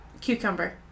Cucumber